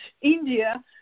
India